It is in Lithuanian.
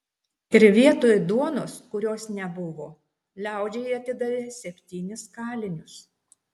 ir vietoj duonos kurios nebuvo liaudžiai atidavė septynis kalinius